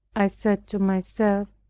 i said to myself,